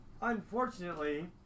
unfortunately